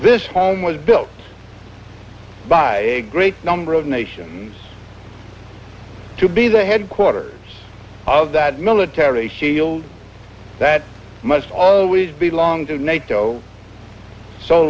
this was built by a great number of nations to be the headquarters of that military shield that must always be long to nato so